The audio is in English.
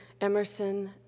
Emerson